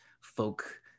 folk